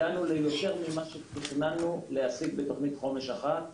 הגענו ליותר ממה שתכננו להשיג תוכנית חומש אחת,